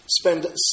spend